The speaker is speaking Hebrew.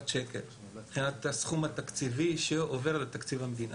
שקל מבחינת הסכום התקציבי שעובר לתקציב המדינה.